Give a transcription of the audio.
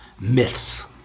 myths